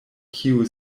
kiu